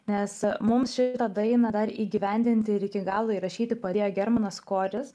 nes mums ši dainą dar įgyvendinti ir iki galo įrašyti padėjo germanas korius